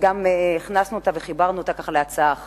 שהכנסנו אותה וחיברנו להצעה אחת,